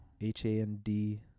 H-A-N-D